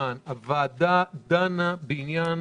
הוועדה דנה בעניין